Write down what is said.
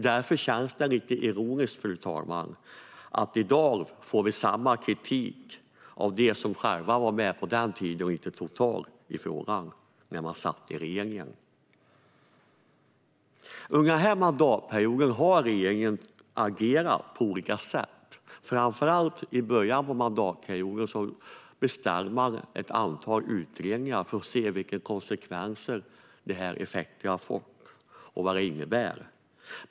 Därför känns det lite ironiskt att vi i dag får samma kritik av dem som själva var med på den tiden och inte tog tag i frågan när de satt i regeringsställning. Under den här mandatperioden har regeringen agerat på olika sätt. I början av mandatperioden beställde man ett antal utredningar för att se vilka konsekvenser den ändrade rättspraxisen hade fått och vad de innebär.